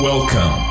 Welcome